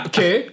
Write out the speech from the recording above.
Okay